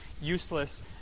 useless